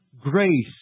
grace